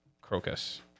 Crocus